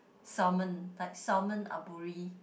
salmon like salmon aburi